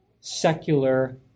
secular